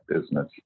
business